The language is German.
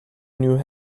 new